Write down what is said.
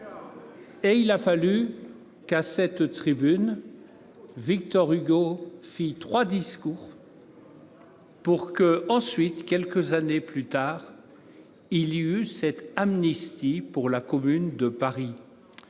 ! Il a fallu qu'à cette tribune Victor Hugo fît trois discours pour que, quelques années plus tard, il y eût cette amnistie pour la Commune de Paris.